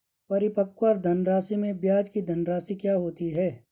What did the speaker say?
परिपक्व धनराशि में ब्याज की धनराशि क्या होती है?